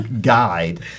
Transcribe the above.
Guide